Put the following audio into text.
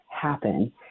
happen